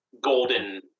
golden